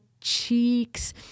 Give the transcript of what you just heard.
cheeks